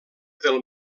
del